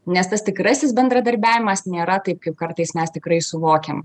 nes tas tikrasis bendradarbiavimas nėra taip kaip kartais mes tikrai suvokiam